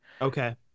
Okay